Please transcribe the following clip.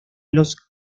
los